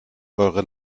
eure